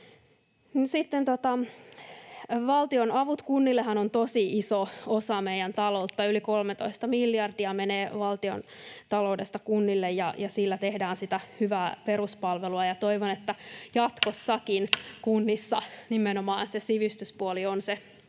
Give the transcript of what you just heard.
Valtion avut kunnillehan ovat tosi iso osa meidän taloutta: yli 13 miljardia menee valtiontaloudesta kunnille, ja sillä tehdään sitä hyvää peruspalvelua. Toivon, että jatkossakin kunnissa nimenomaan se sivistyspuoli on se